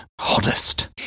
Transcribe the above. hottest